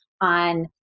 on